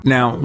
Now